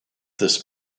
this